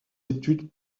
études